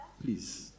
please